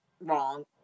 wrong